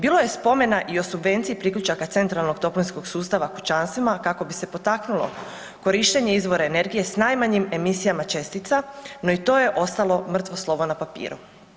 Bilo se spomena i o subvenciji priključaka centralnog toplinskog sustava kućanstvima kako bi se potaknulo korištenje izvora energije s najmanjim emisijama čestica, no i to je ostalo mrtvo slovo na papiru.